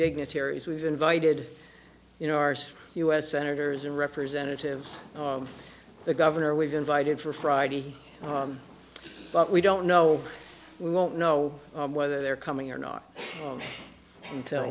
dignitaries we've invited you know our u s senators and representatives the governor we've invited for friday but we don't know we won't know whether they're coming or not